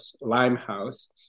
Limehouse